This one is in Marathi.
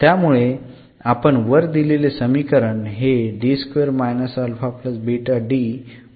त्यामुळे आपण वर दिलेले समीकरण हे